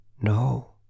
No